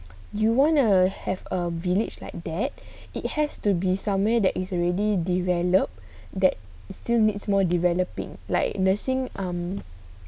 you wanna have a village like that it has to be somewhere that is already developed that still needs more developing like nursing um